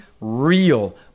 real